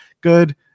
Good